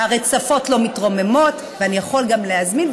הרצפות לא מתרוממות ואני יכול גם להזמין,